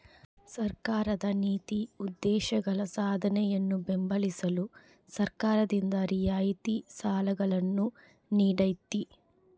ಸರ್ಕಾರದ ನೀತಿ ಉದ್ದೇಶಗಳ ಸಾಧನೆಯನ್ನು ಬೆಂಬಲಿಸಲು ಸರ್ಕಾರದಿಂದ ರಿಯಾಯಿತಿ ಸಾಲಗಳನ್ನು ನೀಡ್ತೈತಿ